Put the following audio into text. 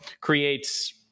creates